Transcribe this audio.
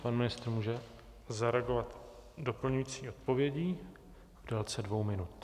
Pan ministr může zareagovat doplňující odpovědí v délce dvou minut.